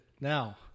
Now